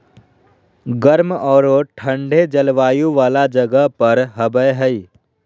गर्म औरो ठन्डे जलवायु वाला जगह पर हबैय हइ